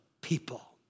people